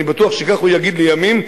ואני בטוח שכך הוא יגיד לימים,